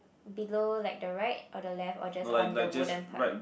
below like the right or the left or just on the wooden part